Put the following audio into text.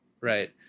Right